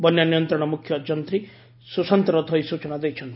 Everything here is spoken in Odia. ବନ୍ୟା ନିୟନ୍ତଶ ମୁଖ୍ୟ ଯନ୍ତୀ ସୁଶାନ୍ତ ରଥ ଏହି ସୂଚନା ଦେଇଛନ୍ତି